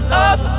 up